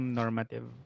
normative